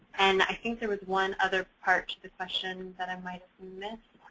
and i think there is one other part of the question that i might miss?